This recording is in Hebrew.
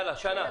יאללה, שנה.